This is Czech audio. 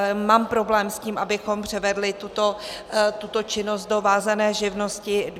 Mám problém s tím, abychom převedli tuto činnost do vázané živnosti.